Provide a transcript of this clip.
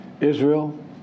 Israel